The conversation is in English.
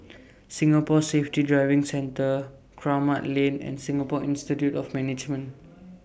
Singapore Safety Driving Centre Kramat Lane and Singapore Institute of Management